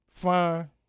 fine